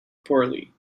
poorly